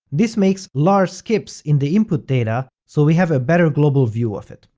this makes large skips in the input data so we have a better global view of it.